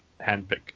handpick